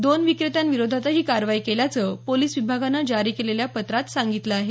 दोन विक्रेत्यांविरोधातही कारवाई केल्याचं पोलिस विभागानं जारी केलेल्या पत्रात सांगितलं आहे